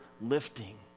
lifting